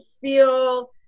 feel